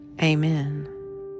Amen